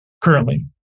currently